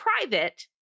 private